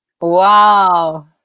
Wow